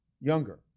younger